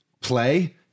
play